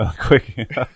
Quick